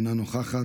אינה נוכחת,